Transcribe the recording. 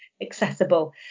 accessible